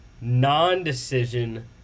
non-decision